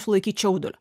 sulaikyt čiaudulio